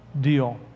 deal